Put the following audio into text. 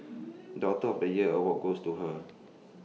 daughter of the year award goes to her